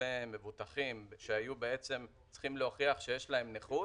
כלפי מבוטחים שהיו בעצם צריכים להוכיח שיש להם נכות